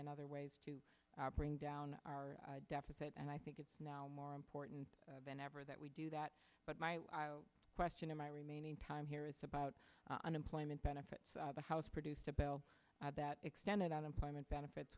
and other ways to bring down our deficit and i think it's now more important than ever that we do that but my question in my remaining time here it's about unemployment benefits the house produced a bill that extended unemployment benefits